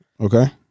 Okay